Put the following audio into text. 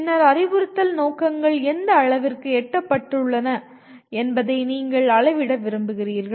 பின்னர் அறிவுறுத்தல் நோக்கங்கள் எந்த அளவிற்கு எட்டப்பட்டுள்ளன என்பதை நீங்கள் அளவிட விரும்புகிறீர்கள்